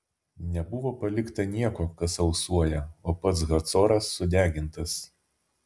nebuvo palikta nieko kas alsuoja o pats hacoras sudegintas